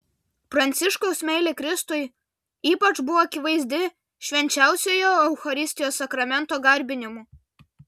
pranciškaus meilė kristui ypač buvo akivaizdi švenčiausiojo eucharistijos sakramento garbinimu